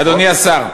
אדוני השר,